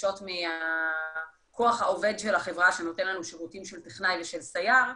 דרישות מהכוח העובד של החברה שנותנת לנו שירותים של טכנאי וסייר.